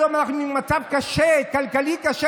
היום אנחנו במצב קשה, במצב כלכלי קשה.